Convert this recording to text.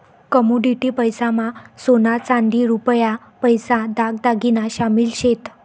commodity पैसा मा सोना चांदी रुपया पैसा दाग दागिना शामिल शेत